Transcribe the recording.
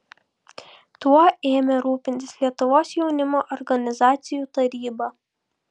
tuo ėmė rūpintis lietuvos jaunimo organizacijų taryba